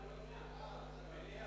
מליאה.